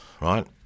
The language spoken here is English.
right